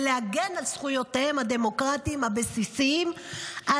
להגן על זכויותיהם הדמוקרטיות הבסיסיות?